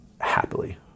happily